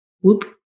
Whoop